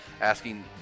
asking